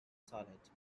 solids